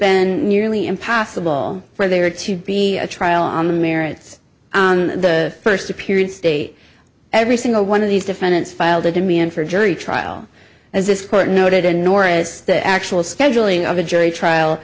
been nearly impossible for there to be a trial on the merits the first appeared state every single one of these defendants filed a demand for a jury trial as this court noted in nora's the actual scheduling of a jury trial